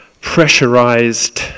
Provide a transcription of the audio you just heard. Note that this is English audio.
pressurized